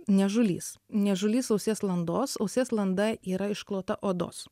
niežulys niežulys ausies landos ausies landa yra išklota odos